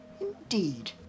Indeed